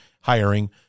hiring